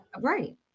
Right